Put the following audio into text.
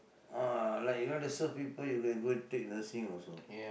ah like you want to serve people you can go and take nursing also